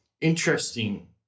interesting